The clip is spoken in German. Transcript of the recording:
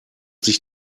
sich